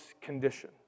condition